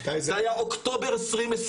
זה היה באוקטובר 2020,